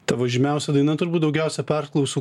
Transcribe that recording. tavo žymiausia daina turbūt daugiausia perklausų